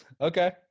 okay